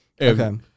Okay